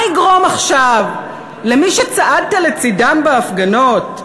מה יגרום עכשיו למי שצעדת לצדם בהפגנות,